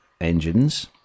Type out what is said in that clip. engines